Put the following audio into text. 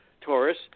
Taurus